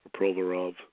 Provorov